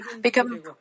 become